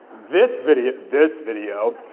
this video, this video,